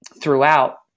throughout